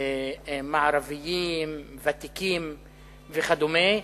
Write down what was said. מערביים, ותיקים וכדומה.